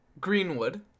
Greenwood